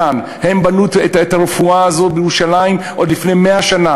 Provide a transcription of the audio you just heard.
הן בנו את הרפואה הזאת בירושלים עוד לפני 100 שנה.